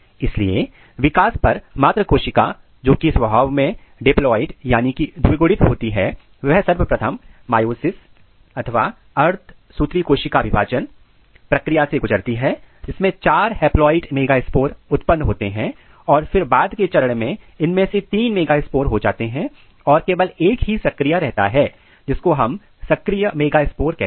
इसलिए विकास पर मात्र कोशिका जोकि स्वभाव में डिप्लॉयड द्विगुणित होती है वह सर्वप्रथम miosis अर्धसूत्रीविभाजन प्रक्रिया से गुजरती है जिससे 4 हैप्लाइड मेगास्पोर उत्पन्न होते हैं और फिर बाद के चरण में इनमें से तीन मेगास्पोर हो जाते हैं और केवल एक ही सक्रिय रहता है जिसको सक्रिय मेगास्पोर्स कहते हैं